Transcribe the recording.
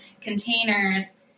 containers